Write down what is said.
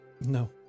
no